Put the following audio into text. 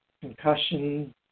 Concussion